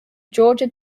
georgia